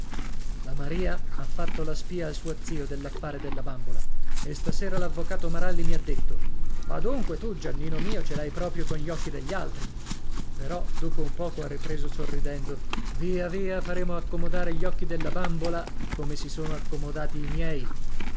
la maria ha fatto la spia al suo zio dell'affare della bambola e stasera l'avvocato maralli mi ha detto ma dunque tu giannino mio ce l'hai proprio con gli occhi degli altri però dopo un poco ha ripreso sorridendo via via faremo accomodare gli occhi della bambola come si sono accomodati i miei